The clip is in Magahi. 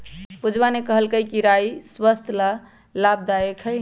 पूजवा ने कहल कई कि राई स्वस्थ्य ला लाभदायक हई